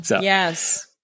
Yes